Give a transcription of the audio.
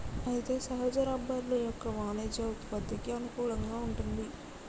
అయితే సహజ రబ్బరు యొక్క వాణిజ్య ఉత్పత్తికి అనుకూలంగా వుంటుంది